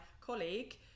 colleague